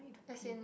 as in